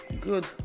good